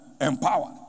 Empowered